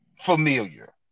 familiar